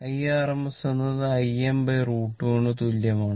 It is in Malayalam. IRMS എന്നത് Im √2 ന് തുല്യമാണ്